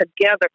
together